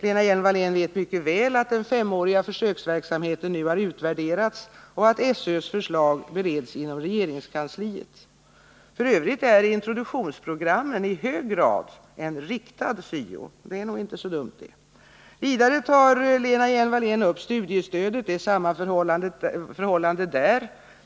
Lena Hjelm-Wallén vet mycket väl att den femåriga försöksverksamheten nu har utvärderats och att SÖ:s förslag bereds inom regeringskansliet. F. ö. är introduktionsprogrammen i hög grad en riktad syo — och det är nog inte så dumt. Vidare tog Lena Hjelm-Wallén upp studiestödet. Det är samma förhållande där.